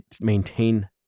maintain